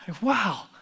Wow